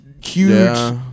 huge